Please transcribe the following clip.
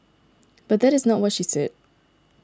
but that is not what she said